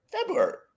February